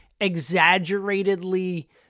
exaggeratedly